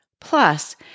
Plus